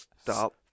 Stop